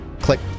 click